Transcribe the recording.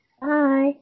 bye